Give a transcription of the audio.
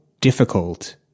difficult